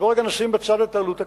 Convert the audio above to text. נשים רגע בצד את העלות הכספית,